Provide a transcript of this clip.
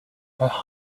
her